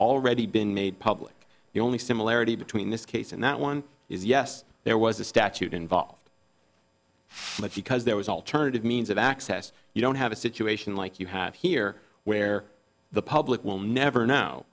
already been made public the only similarity between this case and that one is yes there was a statute involved but because there was alternative means of access you don't have a situation like you have here where the public will never know